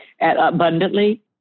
abundantly